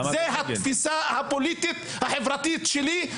זה התפיסה הפוליטית-החברתית שלי.